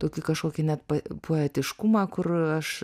tokį kažkokį net pa poetiškumą kur aš